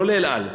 לא "אל על".